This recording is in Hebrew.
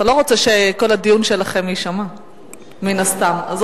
מן הסתם אתה לא רוצה שכל הדיון שלכם יישמע,